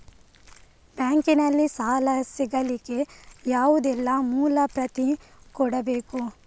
Bank ನಲ್ಲಿ ಸಾಲ ಸಿಗಲಿಕ್ಕೆ ಯಾವುದೆಲ್ಲ ಮೂಲ ಪ್ರತಿ ಕೊಡಬೇಕು?